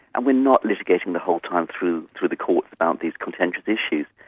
and we're not litigating the whole time through through the courts about these contentious issues.